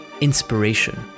inspiration